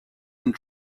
and